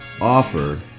offer